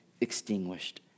extinguished